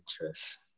interest